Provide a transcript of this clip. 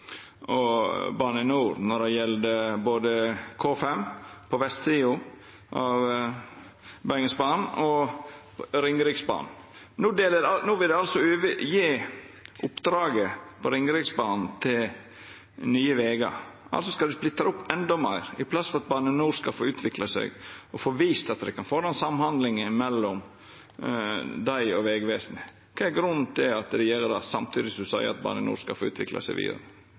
Ringeriksbanen. No vil ein altså gje oppdraget på Ringeriksbanen til Nye Vegar, altså splitta det opp endå meir, i plassen for at Bane NOR skal få utvikla seg og få vist at dei kan få den samhandlinga mellom dei og Vegvesenet. Kva er grunnen til at regjeringa gjer det, samtidig som statsråden seier at Bane NOR skal få utvikla seg vidare?